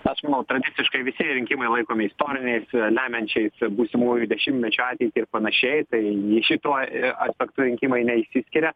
aš manau tradiciškai visi rinkimai laikomi istoriniais lemiančiais būsimųjų dešimtmečių ateitį ir panašiai tai šituo aspektu rinkimai neišsiskiria